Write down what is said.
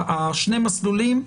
שני המסלולים,